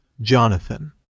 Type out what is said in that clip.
Jonathan